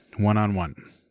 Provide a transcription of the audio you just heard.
one-on-one